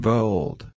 Bold